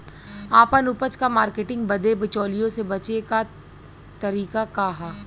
आपन उपज क मार्केटिंग बदे बिचौलियों से बचे क तरीका का ह?